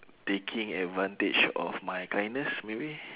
taking advantage of my kindness maybe